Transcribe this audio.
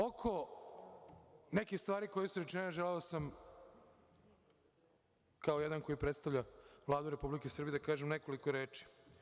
Oko nekih stvari koje su rečene želeo sam, kao neko ko predstavlja Vladu Republike Srbije, da kažem nekoliko reči.